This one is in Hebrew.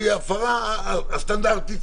אבל היא ההפרה הסטנדרטית,